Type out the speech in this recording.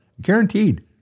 Guaranteed